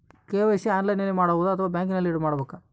KYC ಆನ್ಲೈನಲ್ಲಿ ಮಾಡಬಹುದಾ ಅಥವಾ ಬ್ಯಾಂಕಿನಲ್ಲಿ ಮಾಡ್ಬೇಕಾ?